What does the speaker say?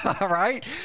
right